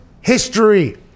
history